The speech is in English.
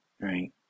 right